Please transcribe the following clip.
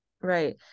Right